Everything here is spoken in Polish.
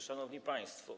Szanowni Państwo!